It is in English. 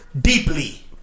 deeply